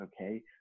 okay